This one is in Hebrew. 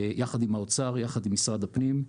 יחד עם האוצר, יחד עם משרד הפנים.